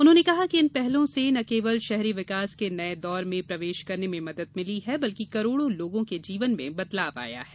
उन्होंने कहा कि इन पहलों से न केवल शहरी विकास के नए दौर में प्रवेश करने में मदद मिली है बल्कि करोड़ों लोगों के जीवन में बदलाव आया है